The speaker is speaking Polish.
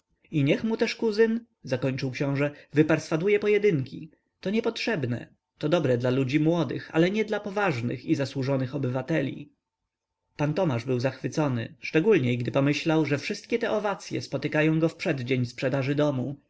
i niech mu też kuzyn zakończył książe wyperswaduje pojedynki to niepotrzebne to dobre dla ludzi młodych ale nie dla poważnych i zasłużonych obywateli pan tomasz był zachwycony szczególniej gdy pomyślał że wszystkie te owacye spotykają go w przeddzień sprzedaży domu